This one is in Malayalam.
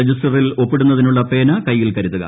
രജിസ്റ്ററിൽ ഒപ്പിടുന്നതിനുള്ള പേന കയ്യിൽ കരുതുക